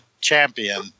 champion